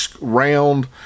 round